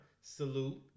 Salute